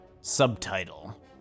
Subtitle